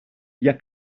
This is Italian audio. via